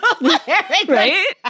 right